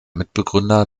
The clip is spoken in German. mitbegründer